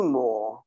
more